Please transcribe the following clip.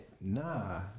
nah